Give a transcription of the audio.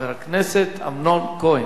חבר הכנסת אמנון כהן.